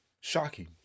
Shocking